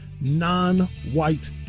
non-white